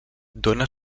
dóna